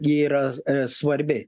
yra e svarbi